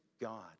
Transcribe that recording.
God